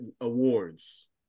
awards